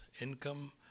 income